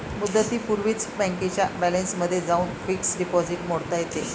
मुदतीपूर्वीच बँकेच्या बॅलन्समध्ये जाऊन फिक्स्ड डिपॉझिट मोडता येते